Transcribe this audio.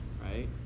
right